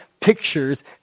pictures